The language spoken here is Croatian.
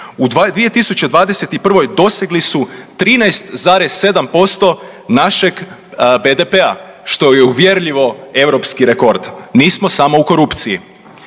u 2021. dosegli su 13,7% našeg BDP-a. Što je uvjerljivo europski rekord. Nismo samo u korupciji.